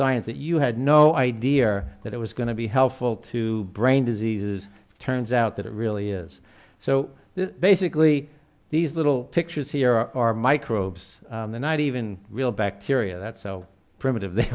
science that you had no idea that it was going to be helpful to brain diseases turns out that it really is so they sickly these little pictures here are microbes the not even real bacteria that's so primitive